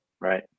right